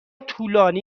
طولانی